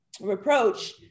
reproach